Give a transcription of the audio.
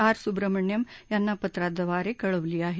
R Subramaniam यांना पत्राद्वारे कळवली आहे